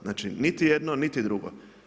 Znači niti jedno niti drugo.